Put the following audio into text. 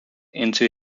into